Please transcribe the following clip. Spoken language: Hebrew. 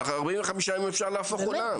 ב-45 ימים אפשר להפוך עולם.